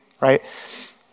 right